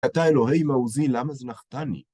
אתה אלוהי מעוזי, למה זנחתני?